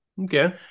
Okay